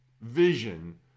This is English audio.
vision